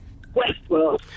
westworld